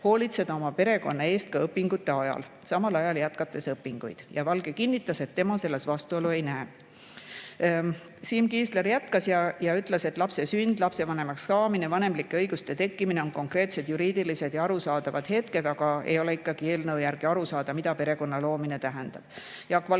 hoolitseda oma perekonna eest ka õpingute ajal ehk siis jätkates õpinguid. Valge kinnitas, et tema selles vastuolu ei näe. Siim Kiisler ütles, et lapse sünd, lapsevanemaks saamine, vanemlike õiguste tekkimine on konkreetsed juriidilised ja arusaadavad [mõisted], aga selle eelnõu puhul ei ole aru saada, mida perekonna loomine tähendab. Jaak Valge